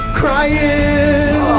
crying